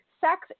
sex